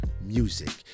music